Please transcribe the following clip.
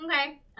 okay